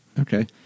Okay